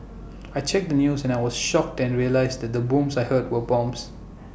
I checked the news and I was shocked and realised that the booms I heard were bombs